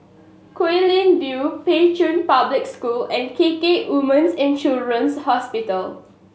Guilin View Pei Chun Public School and K K Women's And Children's Hospital